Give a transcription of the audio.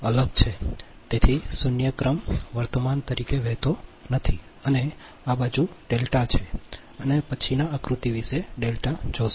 તેથી શૂન્ય ક્રમ વર્તમાન વર્તમાન તરીકે વહેતો નથી અને આ બાજુ ડેલ્ટા છે અને પછીના આકૃતિ વિશે ડેલ્ટા જોશે